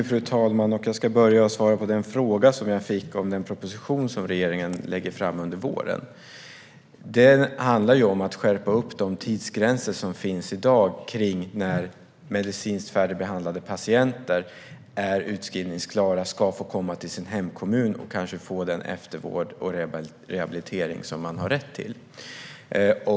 Fru talman! Jag ska börja med frågan om den proposition som regeringen lägger fram under våren. Den handlar om att skärpa de tidsgränser som finns i dag för när medicinskt färdigbehandlade patienter är utskrivningsklara och ska flyttas över till sin hemkommun för att få den eftervård och rehabilitering som man har rätt till.